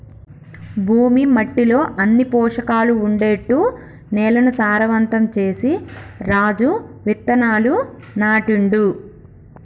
భూమి మట్టిలో అన్ని పోషకాలు ఉండేట్టు నేలను సారవంతం చేసి రాజు విత్తనాలు నాటిండు